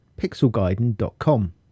pixelguiden.com